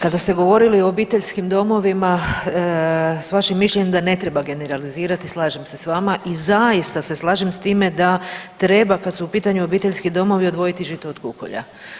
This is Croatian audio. Kada ste govorili o obiteljskim domovima s vašim mišljenjem da ne treba generalizirati slažem se sa vama i zaista se slažem s time da treba kad su u pitanju obiteljski domovi odvojiti žito od kukolja.